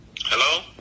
hello